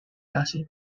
acid